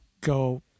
go